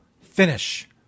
finish